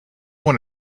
one